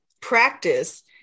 practice